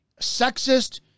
sexist